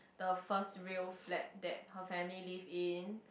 the first real flat that her family live in